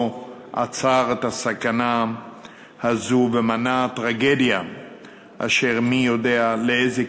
עצר את הסכנה הזו ומנע טרגדיה אשר מי יודע לאיזה